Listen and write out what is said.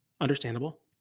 understandable